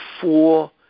four